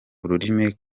ururimi